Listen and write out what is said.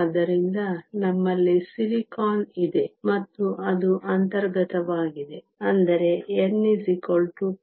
ಆದ್ದರಿಂದ ನಮ್ಮಲ್ಲಿ ಸಿಲಿಕಾನ್ ಇದೆ ಮತ್ತು ಅದು ಅಂತರ್ಗತವಾಗಿದೆ ಅಂದರೆ n